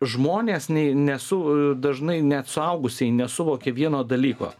žmonės nei nesu dažnai net suaugusieji nesuvokia vieno dalyko